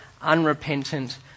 unrepentant